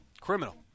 Criminal